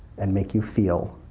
and make you feel.